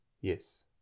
Yes